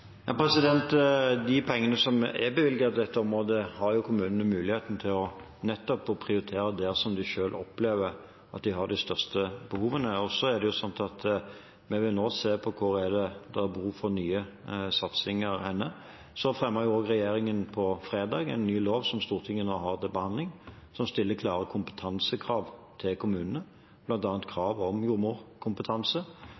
De pengene som er bevilget til dette området, har kommunene muligheten til nettopp å prioritere der som de selv opplever at de har de største behovene. Vi vil nå se på hvor det er behov for nye satsinger. Så fremmet regjeringen på fredag forslag til en ny lov, som Stortinget nå har til behandling, som stiller klare kompetansekrav til kommunene,